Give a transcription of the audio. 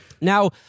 now